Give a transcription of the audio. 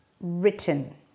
written